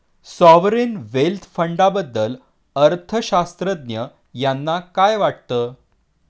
Sovereign wealth फंडाबद्दल अर्थअर्थशास्त्रज्ञ यांना काय वाटतं?